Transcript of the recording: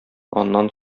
аннан